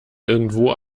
irgendwo